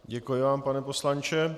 Děkuji vám, pane poslanče.